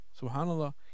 Subhanallah